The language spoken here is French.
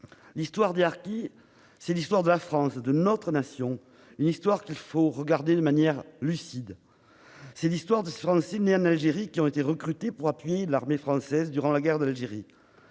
L'histoire des harkis, c'est l'histoire de la France, de notre Nation, qu'il nous faut regarder avec lucidité. C'est l'histoire de ces Français, nés en Algérie, qui ont été recrutés pour appuyer l'armée française durant la guerre d'Algérie.